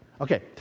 Okay